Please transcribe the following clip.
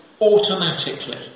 automatically